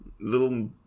little